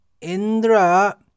indra